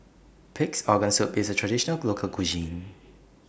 Pig'S Organ Soup IS A Traditional Local Cuisine